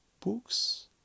books